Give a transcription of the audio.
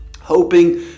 hoping